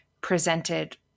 presented